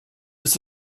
ist